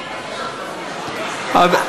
אדוני.